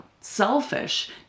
selfish